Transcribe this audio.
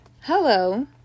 Hello